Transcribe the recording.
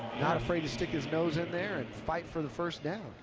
not afraid to stick his nose in there and fight for the first down.